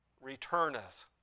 returneth